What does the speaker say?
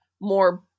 more